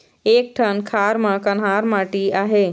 एक ठन खार म कन्हार माटी आहे?